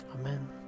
Amen